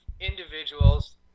individuals